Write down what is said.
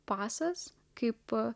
pasas kaipo